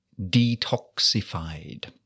detoxified